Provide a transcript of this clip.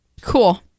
Cool